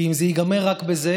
כי אם זה ייגמר רק בזה,